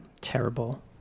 Terrible